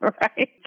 right